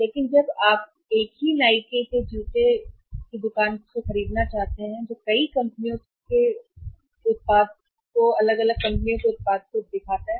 लेकिन जब आप एक ही नाइके के जूते एक दुकान से खरीदना चाहते हैं जो कई कंपनियों के उत्पाद अलग अलग कंपनियां हैं